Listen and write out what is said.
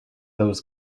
those